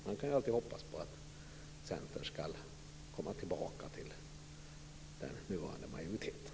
Man kan ju alltid hoppas på att Centern skall komma tillbaka till den nuvarande majoriteten.